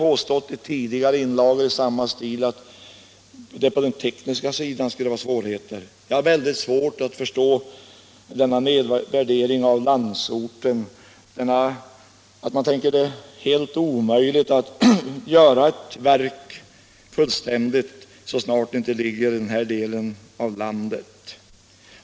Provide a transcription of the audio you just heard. påstått i tidigare inlagor att det skulle vara svårigheter på den tekniska sidan. Jag har svårt att förstå denna nedvärdering av landsorten. Man anser det tydligen helt omöjligt att få ett verk fullständigt och effektivt så snart det inte ligger i den här delen av landet.